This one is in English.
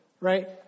right